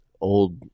old